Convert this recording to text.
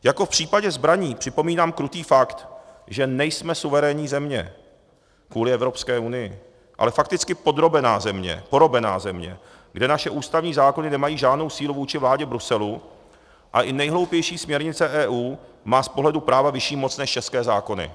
Jako v případě zbraní připomínám krutý fakt, že nejsme suverénní země kvůli Evropské unii, ale fakticky podrobená země, porobená země, kde naše ústavní zákony nemají žádnou sílu vůči vládě v Bruselu a i nejhloupější směrnice EU má z pohledu práva vyšší moc než české zákony.